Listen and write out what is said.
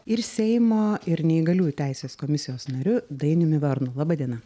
ir seimo ir neįgaliųjų teisės komisijos nariu dainiumi varnu laba diena